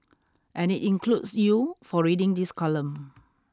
and it includes you for reading this column